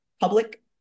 public